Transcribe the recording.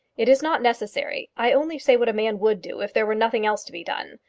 it is not necessary. i only say what a man would do if there were nothing else to be done.